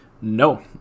No